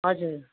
हजुर